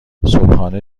صبحانه